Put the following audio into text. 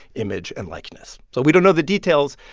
image and likeness so we don't know the details,